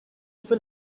for